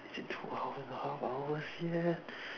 is it two and a half hours yet